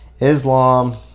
Islam